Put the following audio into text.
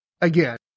again